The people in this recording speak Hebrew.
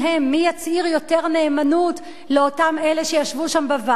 יצהיר יותר נאמנות לאותם אלה שישבו שם בוועדה,